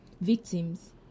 victims